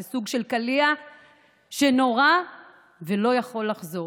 זה סוג של קליע שנורה ולא יכול לחזור.